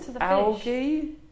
algae